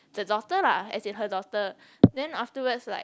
the daughter lah as in her daughter then afterwards like